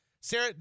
Sarah